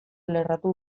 lerratu